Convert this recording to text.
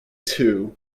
two